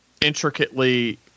intricately